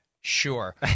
Sure